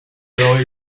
alors